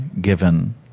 given